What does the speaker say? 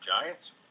Giants